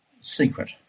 secret